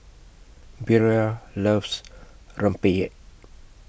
Bria loves Rempeyek